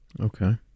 Okay